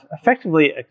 effectively